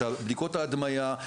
את בדיקות ההדמיה,